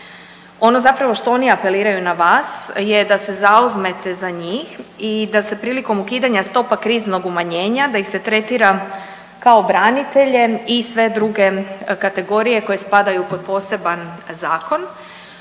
Ono zapravo što oni apeliraju na vas je da se zauzmete za njih i da se prilikom ukidanja stopa kriznog umanjenja da ih se tretira kao branitelje i sve druge kategorije koje spadaju pod poseban zakon,